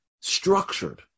structured